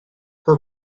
her